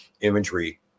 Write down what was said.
imagery